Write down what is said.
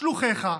שלוחיך,